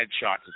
headshots